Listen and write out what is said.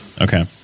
Okay